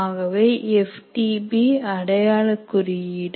ஆகவே A D P அடையாளக் குறியீடு